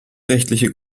rechtliche